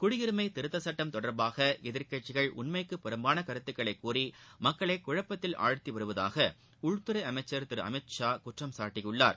குடியுரிமை திருத்த சுட்டம் தொடர்பாக எதிர்கட்சிகள் உண்மைக்கு புறம்பான கருத்துகளை கூறி மக்களை குழப்பதில் ஆழ்த்தி வருவதாக உள்துறை அமைச்சர் திரு அமித்ஷா குற்றம் சாட்டியுள்ளார்